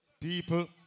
People